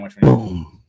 Boom